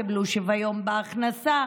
קיבלו שוויון בהכנסה,